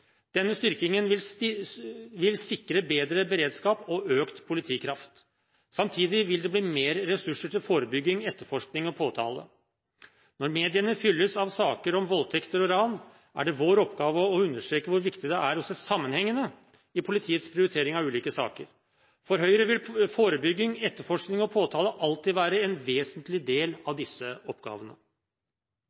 Denne styrkingen vil sikre bedre beredskap og økt politikraft. Samtidig vil det bli mer ressurser til forebygging, etterforskning og påtale. Når mediene fylles av saker om voldtekter og ran, er det vår oppgave å understreke hvor viktig det er å se sammenhengene i politiets prioritering av ulike saker. For Høyre vil forebygging, etterforskning og påtale alltid være en vesentlig del av disse oppgavene.